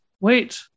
wait